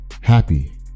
happy